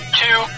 two